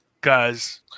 guys